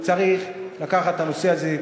צריך לקחת את הנושא הזה.